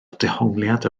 dehongliad